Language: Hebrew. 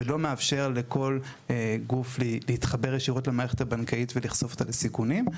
ושלא יאפשר לכל גוף להתחבר לשירות במערכת הבנקאית ולחשוף את הסיכונים.